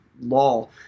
law